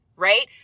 Right